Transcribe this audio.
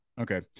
Okay